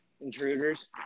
Intruders